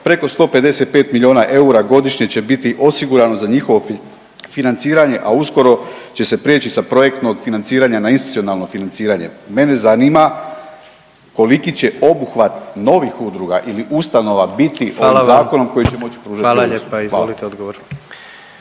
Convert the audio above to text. preko 155 milijuna eura godišnje će biti osigurano za njihovo financiranje, a uskoro će se preći sa projektnog financiranja na institucionalno financiranje. Mene zanima koliki će obuhvat novih udruga ili ustanova biti ovim zakonom…/Upadica predsjednik: Hvala vam/…koji će moć pružati …/Govornik